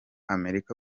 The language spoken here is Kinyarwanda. amerika